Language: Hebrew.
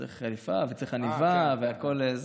אז צריך חליפה וצריך עניבה והכול,